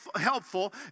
helpful